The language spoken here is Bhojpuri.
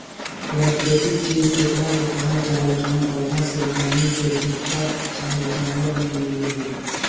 प्राकृतिक चीज ओकरा के कहल जाला जवन पौधा से, जमीन के भीतर चाहे जानवर मे मिलेला